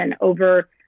over